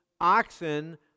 oxen